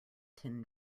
tin